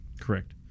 correct